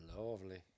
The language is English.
lovely